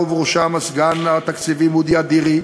חבר הכנסת עפו אגבאריה,